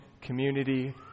community